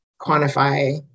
quantify